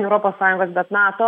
europos sąjungos bet nato